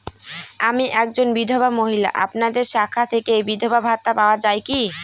আমি একজন বিধবা মহিলা আপনাদের শাখা থেকে বিধবা ভাতা পাওয়া যায় কি?